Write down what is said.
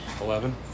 Eleven